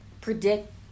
predict